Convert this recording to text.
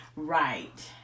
Right